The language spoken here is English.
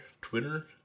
Twitter